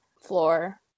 floor